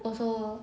also